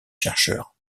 chercheurs